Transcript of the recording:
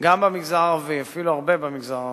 גם במגזר הערבי ואפילו הרבה במגזר הערבי.